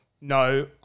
no